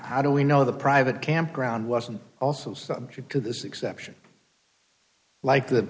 how do we know the private campground wasn't also subject to this exception like the